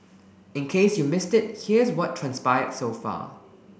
in case you missed it here's what transpired so far